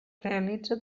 realitza